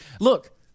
Look